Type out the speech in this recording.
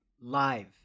live